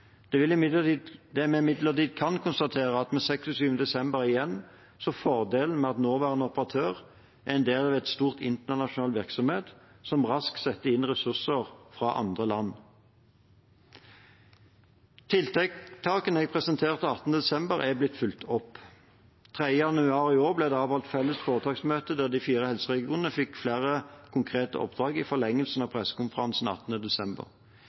Det vi imidlertid kan konstatere, er at vi 26. desember igjen så fordelene med at nåværende operatør er del av en stor internasjonal virksomhet som raskt kan sette inn ressurser fra andre land. Tiltakene jeg presenterte 18. desember, er blitt fulgt opp. Den 3. januar i år ble det avholdt et felles foretaksmøte der de fire helseregionene fikk flere konkrete oppdrag i forlengelsen av pressekonferansen 18. desember.